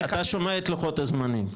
אתה שומע את לוחות הזמנים,